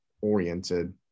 oriented